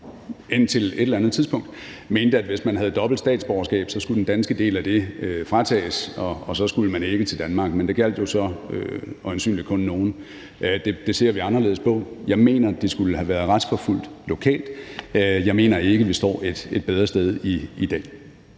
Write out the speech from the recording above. indtil et eller andet tidspunkt mente, at hvis man havde dobbelt statsborgerskab, skulle man fratages det danske statsborgerskab, og så skulle man ikke til Danmark, men det gjaldt så øjensynligt kun nogle. Det ser vi anderledes på. Jeg mener, at de skulle have været retsforfulgt lokalt. Jeg mener ikke, at vi står et bedre sted i dag.